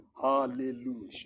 Hallelujah